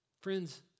Friends